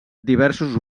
diversos